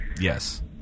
Yes